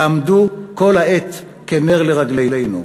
יעמדו כל העת כנר לרגלינו.